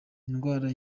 indwara